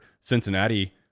Cincinnati